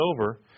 over